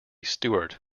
stewart